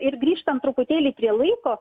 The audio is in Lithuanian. ir grįžtant truputėlį prie laiko